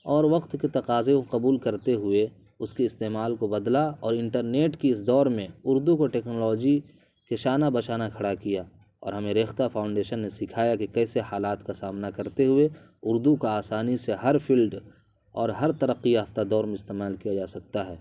اور وقت کے تقاضے کو قبول کرتے ہوئے اس کے استعمال کو بدلا اور انٹرنیٹ کے اس دور میں اردو کو ٹیکنالوجی کے شانہ بشانہ کھڑا کیا اور ہمیں ریختہ فاؤنڈیشن نے سکھایا کہ کیسے حالات کا سامنا کرتے ہوئے اردو کا آسانی سے ہر فیلڈ اور ہر ترقی یافتہ دور میں استعمال کیا جا سکتا ہے